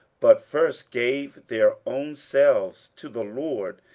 but first gave their own selves to the lord,